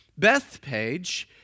Bethpage